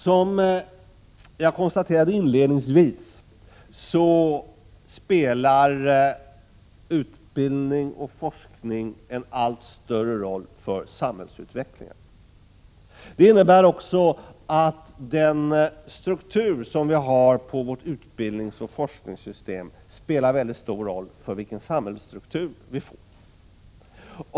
Som jag konstaterade inledningsvis spelar utbildning och forskning en allt större roll för samhällsutvecklingen. Det innebär också att den struktur som vi har inom vårt utbildningsoch forskningssystem spelar stor roll för vilken samhällsstruktur som vi får.